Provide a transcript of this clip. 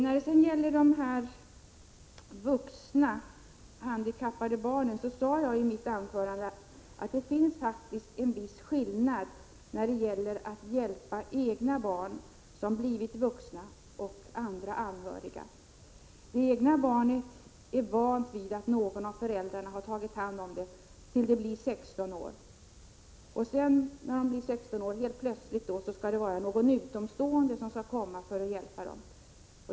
När det sedan gäller de vuxna handikappade barnen sade jag i mitt anförande att det faktiskt finns en viss skillnad mellan att hjälpa egna barn som blivit vuxna och andra anhöriga. De egna barnen är vana vid att någon av föräldrarna har tagit hand om det till dess de blivit 16 år. Sedan skall plötsligt någon utomstående komma för att hjälpa dem.